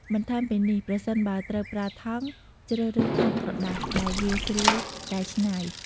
បន្ថែមពីនេះ ប្រសិនបើត្រូវប្រើថង់ ជ្រើសរើសថង់ក្រដាសដែលងាយស្រួលកែច្នៃ។